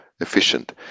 efficient